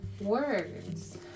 words